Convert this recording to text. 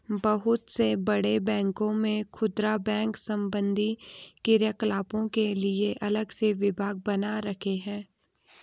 बहुत से बड़े बैंकों ने खुदरा बैंक संबंधी क्रियाकलापों के लिए अलग से विभाग बना रखे हैं